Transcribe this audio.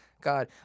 God